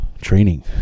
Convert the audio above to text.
training